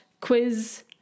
quiz